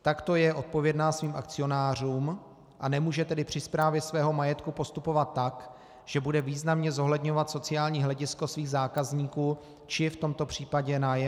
Takto je odpovědná svým akcionářům, a nemůže tedy při správě svého majetku postupovat tak, že bude významně zohledňovat sociální hledisko svých zákazníků, či v tomto případě nájemců.